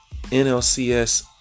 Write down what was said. NLCS